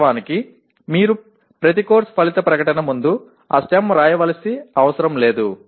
వాస్తవానికి మీరు ప్రతి కోర్సు ఫలిత ప్రకటన ముందు ఆ స్టెమ్ వ్రాయవలసిన అవసరం లేదు